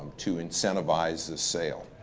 to incentivize the sale.